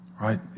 right